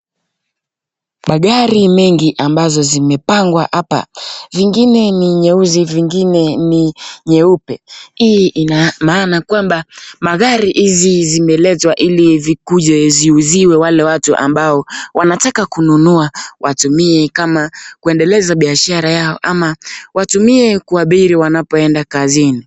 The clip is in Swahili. Magari mengi ambayo imepangwa hapa, vingine ni nyeusi vingine ni nyeupe. Hii ina maana kwamba magari hizi zimeletwa hapa ili kuuziwa watu ambao wanataka kununua ili waweze kutumia kuendeleza biashara zao ama watumie kuabiri wanapoenda kazini.